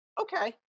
Okay